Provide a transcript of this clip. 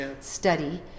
study